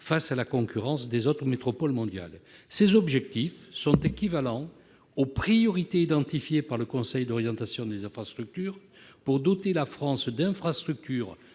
face à la concurrence des autres métropoles mondiales ». Ces objectifs sont équivalents aux priorités identifiées par le Conseil d'orientation des infrastructures, pour « doter la France d'infrastructures